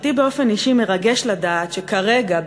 אותי באופן אישי מרגש לדעת שכרגע,